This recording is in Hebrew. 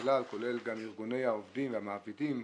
כולל גם עם ארגוני העובדים והמעבידים,